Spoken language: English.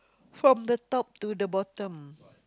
from the top to the bottom